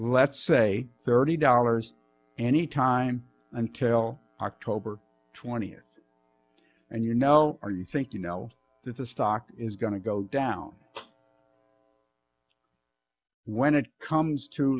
let's say thirty dollars any time until october twentieth and you know or you think you know that the stock is going to go down when it comes to